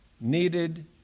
needed